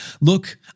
Look